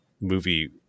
movie